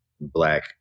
Black